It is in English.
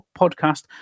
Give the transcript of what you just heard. podcast